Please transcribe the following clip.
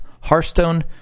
Hearthstone